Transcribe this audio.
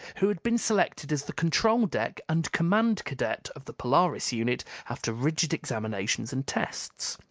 who had been selected as the control-deck and command cadet of the polaris unit after rigid examinations and tests.